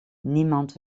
niemand